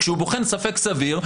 כשהוא בוחן ספק סביר,